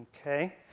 Okay